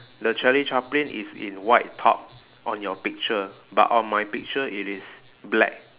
the charlie chaplin is in white top on your picture but on my picture it is black